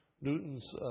Newton's